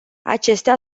acestea